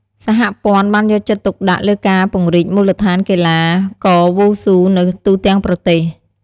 សហព័ន្ធបានយកចិត្តទុកដាក់លើការពង្រីកមូលដ្ឋានកីឡាករវ៉ូស៊ូនៅទូទាំងប្រទេស។